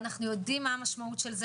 ואנחנו יודעים מה המשמעות של זה,